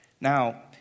Now